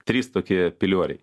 trys tokie pilioriai